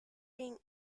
being